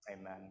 Amen